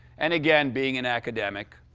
and again, being an academic,